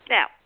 Now